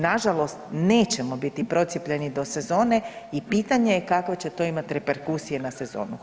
Nažalost nećemo biti procijepljeni do sezone i pitanje je kakve će to imat reperkusije na sezonu.